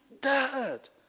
dad